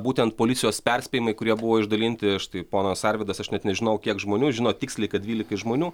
būtent policijos perspėjimai kurie buvo išdalinti štai ponas arvydas aš net nežinau kiek žmonių žino tiksliai kad dvylikai žmonių